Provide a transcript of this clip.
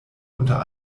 unter